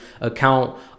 account